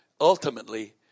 ultimately